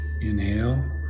inhale